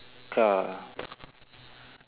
car